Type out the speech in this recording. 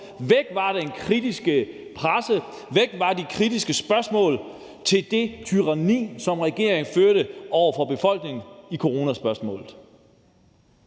Væk var den kritiske presse. Væk var de kritiske spørgsmål til det tyranni, som regeringen førte over for befolkningen i forhold til coronaspørgsmålet.